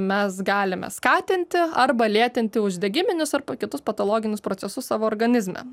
mes galime skatinti arba lėtinti uždegiminius arba kitus patologinius procesus savo organizme